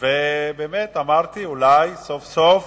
באמת אמרתי: אולי סוף-סוף